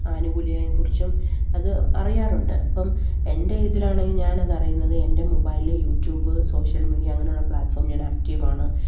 ആനുകൂല്യങ്ങളെക്കുറിച്ചും അത് അറിയാറുണ്ട് ഇപ്പം എൻ്റെ ഇതിലാണെങ്കില് ഞാനത് അറിയുന്നത് എൻ്റെ മൊബൈലില് യൂട്യൂബ് സോഷ്യൽ മീഡിയ അങ്ങനെയുള്ള പ്ലാറ്റ്ഫോമുകളില് ഞാൻ ആക്റ്റീവാണ്